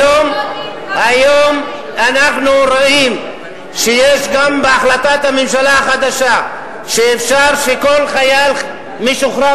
היום אנחנו רואים שגם בהחלטת הממשלה החדשה כל חייל משוחרר,